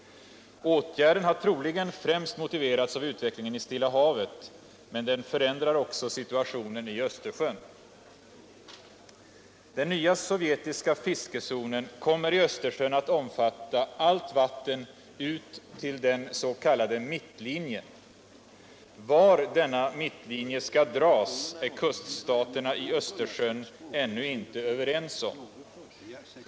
Åtgärden har troligen främst motiverats av utvecklingen i Stilla havet, men den förändrar också situationen i Östersjön. Den nya sovjetiska fiskezonen kommer i Östersjön att omfatta allt vatten ut till den s.k. mittlinjen. Var denna mittlinje skall dras är kuststaterna i Östersjön ännu inte överens om.